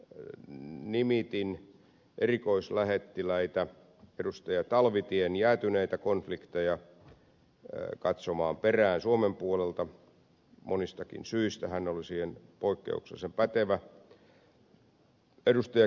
nimitin erikoislähettiläitä lähettiläs talvitien jäätyneitä konflikteja katsomaan perään suomen puolelta monistakin syistä hän oli siihen poikkeuksellisen pätevä ed